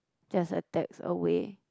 just a text away